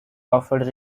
offered